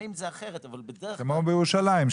כמו בירושלים,